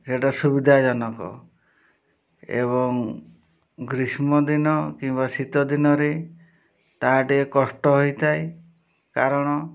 ସେଇଟା ସୁବିଧାଜନକ ଏବଂ ଗ୍ରୀଷ୍ମ ଦିନ କିମ୍ବା ଶୀତ ଦିନରେ ତାହା ଟିକେ କଷ୍ଟ ହୋଇଥାଏ କାରଣ